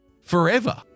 forever